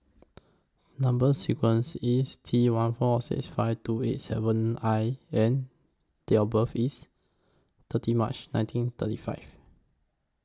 Number sequence IS T one four six five two eight seven I and Date of birth IS thirty March nineteen thirty five